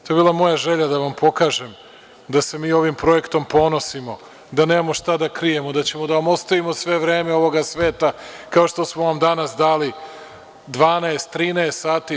To je bila moja želja da vam pokažem da se mi ovim projektom ponosimo, da nemamo šta da krijemo, da ćemo da vam ostavimo sve vreme ovoga sveta kao što smo vam danas dali 12, 13 sati.